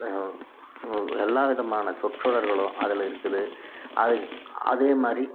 எல்லா விதமான சொற்றொடர்களும் அதில் இருக்குது அது அதே மாதிரி